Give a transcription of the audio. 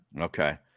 Okay